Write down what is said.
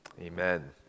amen